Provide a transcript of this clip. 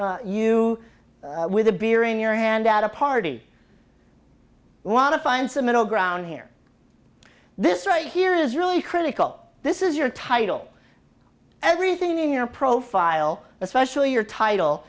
of you with a beer in your hand at a party i want to find some middle ground here this right here is really critical this is your title everything in your profile especially your title